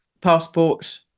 Passport